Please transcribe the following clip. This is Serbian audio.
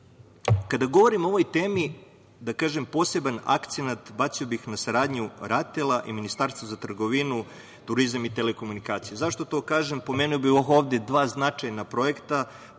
govorim o ovoj temi, da kažem poseban akcenat bacio bih na saradnju RATEL-a i Ministarstva za trgovinu, turizam i telekomunikacije. Zašto to kažem? Pomenuo bih ovde dva značajna projekta,